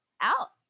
out